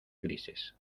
grises